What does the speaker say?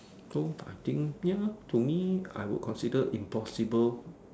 so I think ya to me I would consider impossible